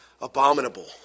Abominable